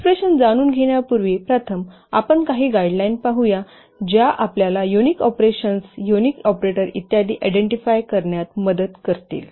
expression जाणून घेण्यापूर्वी प्रथम आपण काही गाईडलाईन पाहूया ज्या आपल्याला युनिक ऑपरेशन्स युनिक ऑपरेटर इत्यादि आयडेंटिफाय मदत करतील